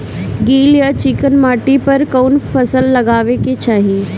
गील या चिकन माटी पर कउन फसल लगावे के चाही?